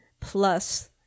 plus